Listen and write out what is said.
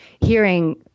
hearing